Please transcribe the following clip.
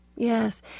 Yes